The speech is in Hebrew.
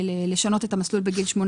לשנות את המסלול בגיל 18?